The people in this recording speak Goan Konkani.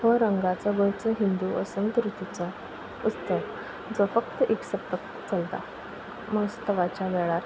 हो रंगाचो गोंयचो हिंदू वसंत रुतुचो उत्सव जो फक्त एक सप्तक चलता महोस्तवाच्या वेळार